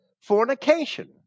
fornication